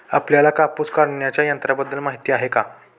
आपल्याला कापूस कापण्याच्या यंत्राबद्दल माहीती आहे का?